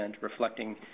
reflecting